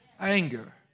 anger